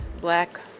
black